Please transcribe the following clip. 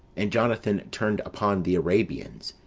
and jonathan turned upon the arabians,